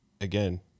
again